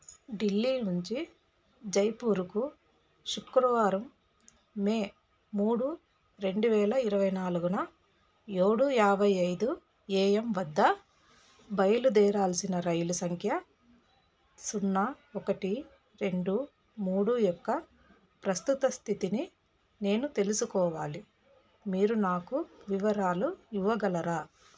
ఢిల్లీ నుంచి జైపూరుకు శుక్రవారం మే మూడు రెండు వేల ఇరవై నాలుగున ఏడు యాభై ఐదు ఏఎమ్ వద్ద బయలుదేరాల్సిన రైలు సంఖ్య సున్నా ఒకటి రెండు మూడు యొక్క ప్రస్తుత స్థితిని నేను తెలుసుకోవాలి మీరు నాకు వివరాలు ఇవ్వగలరా